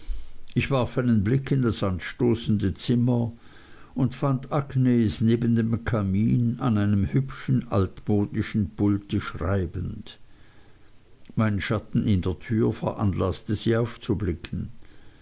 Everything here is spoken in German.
ich warf einen blick in das anstoßende zimmer und fand agnes neben dem kamin an einem hübschen altmodischen pulte schreibend mein schatten in der tür veranlaßte sie aufzublicken